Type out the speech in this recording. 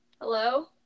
Hello